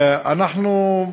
באמת,